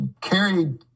carried